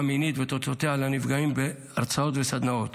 המינית ותוצאותיה לנפגעים בהרצאות וסדנאות.